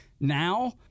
Now